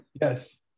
Yes